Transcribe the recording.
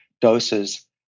doses